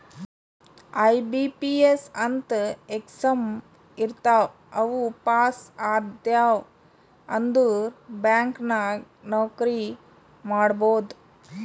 IBPS ಅಂತ್ exam ಇರ್ತಾವ್ ಅವು ಪಾಸ್ ಆದ್ಯವ್ ಅಂದುರ್ ಬ್ಯಾಂಕ್ ನಾಗ್ ನೌಕರಿ ಮಾಡ್ಬೋದ